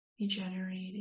regenerated